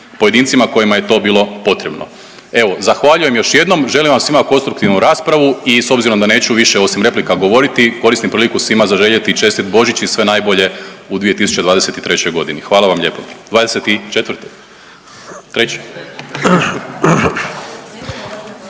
pojedincima kojima je to bilo potrebno. Evo zahvaljujem još jednom, želim vam svima konstruktivnu raspravu i s obzirom da neću više osim replika govoriti koristim priliku svima zaželjeti Čestit Božić i sve najbolje u 2023.g., hvala vam lijepo, '24.?